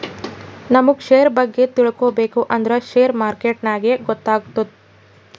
ನಮುಗ್ ಶೇರ್ ಬಗ್ಗೆ ತಿಳ್ಕೋಬೇಕು ಅಂದ್ರ ಶೇರ್ ಮಾರ್ಕೆಟ್ ನಾಗೆ ಗೊತ್ತಾತ್ತುದ